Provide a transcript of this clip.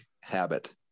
habit